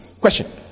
Question